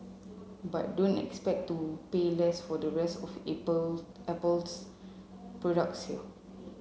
but don't expect to pay less for the rest of Apple's products here